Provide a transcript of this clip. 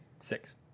Six